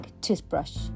toothbrush